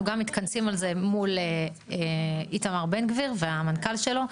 גם מתכנסים על זה מול איתמר בן גביר והמנכ"ל שלו.